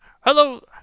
hello